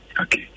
Okay